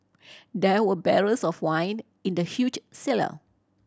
there were barrels of wine in the huge cellar